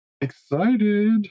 excited